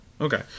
Okay